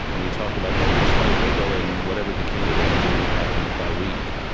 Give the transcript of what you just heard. and we talk about every slight wiggle in whatever the candidates are doing that happened that week,